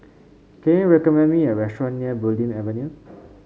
can you recommend me a restaurant near Bulim Avenue